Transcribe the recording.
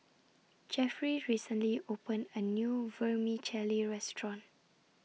Jefferey recently opened A New Vermicelli Restaurant